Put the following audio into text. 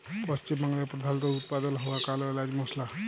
পশ্চিম বাংলায় প্রধালত উৎপাদল হ্য়ওয়া কাল এলাচ মসলা